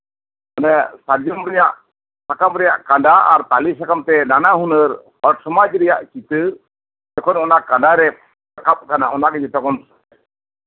ᱢᱟᱱᱮ ᱥᱟᱨᱡᱚᱢ ᱨᱮᱭᱟᱜ ᱠᱟᱸᱰᱟ ᱟᱨ ᱛᱟᱞᱤ ᱥᱟᱠᱟᱢ ᱛᱮ ᱱᱟᱱᱟᱦᱩᱱᱟᱹᱨ ᱦᱚᱲ ᱥᱚᱢᱟᱡ ᱨᱮᱭᱟᱜ ᱪᱤᱛᱟᱹᱨ ᱡᱚᱠᱷᱚᱱ ᱚᱱᱟ ᱠᱟᱸᱰᱟ ᱨᱮ ᱨᱟᱠᱟᱵ ᱠᱟᱱᱟ ᱚᱱᱟ ᱜᱮ ᱡᱷᱚᱛᱚ ᱠᱷᱚᱱ ᱥᱚᱨᱮᱥᱟ